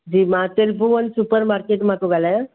जी मां Tribhuvan supermarket मां थो ॻाल्हायां